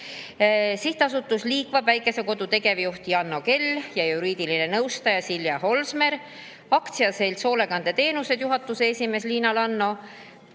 Sihtasutuse Liikva Päikesekodu tegevjuht Janno Kell ja juriidiline nõustaja Silja Holsmer, Aktsiaseltsi Hoolekandeteenused juhatuse esimees Liina Lanno,